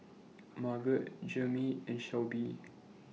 Margot Jeramie and Shelbie